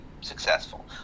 successful